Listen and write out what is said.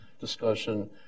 discussion